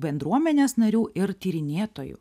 bendruomenės narių ir tyrinėtojų